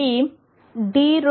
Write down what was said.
కాబట్టి dρdt≠0